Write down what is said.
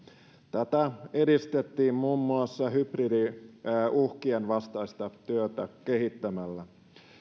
tätä edistettiin muun muassa hybridiuhkien vastaista työtä kehittämällä